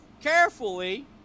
carefully